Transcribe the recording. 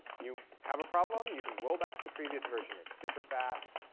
you have a problem, you can roll back to the previous version. it's super fast.